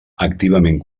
activament